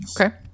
Okay